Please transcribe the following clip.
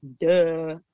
duh